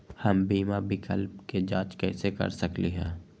हम बीमा विकल्प के जाँच कैसे कर सकली ह?